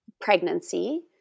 pregnancy